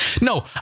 No